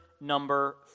number